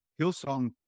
Hillsong